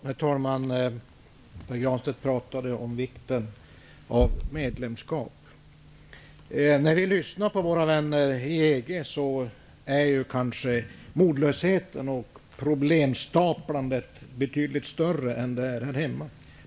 Herr talman! Pär Granstedt talade om vikten av ett medlemskap. När vi lyssnar på våra vänner i EG hör vi att modlösheten och problemen är mycket större där än här hemma.